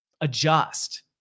adjust